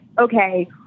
okay